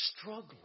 struggling